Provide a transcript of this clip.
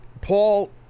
Paul